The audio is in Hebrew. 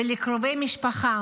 ולקרובי המשפחה,